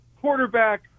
quarterback